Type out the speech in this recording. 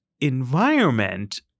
environment—